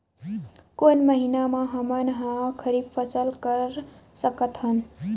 कोन महिना म हमन ह खरीफ फसल कर सकत हन?